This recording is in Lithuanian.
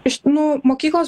iš nu mokyklos